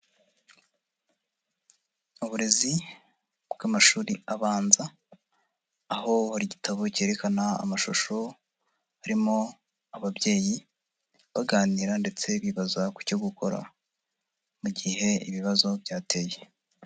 Uburezi bw'amashuri abanza aho hari igitabo cyerekana amashusho, harimo ababyeyi baganira ndetse bibaza ku cyo gukora mu gihe ibibazo byateye.